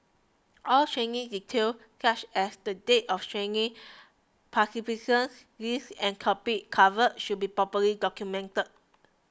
all training details such as the date of training participant list and topics covered should be properly documented